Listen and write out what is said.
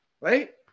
right